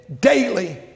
daily